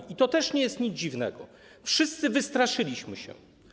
I to nie jest nic dziwnego, wszyscy wystraszyliśmy się.